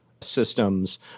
systems